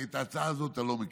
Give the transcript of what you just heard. כי את ההצעה הזאת אתה לא מכיר.